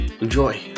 Enjoy